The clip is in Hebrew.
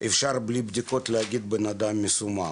אפשר בלי בדיקות להגיד שבן אדם מסומם,